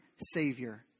savior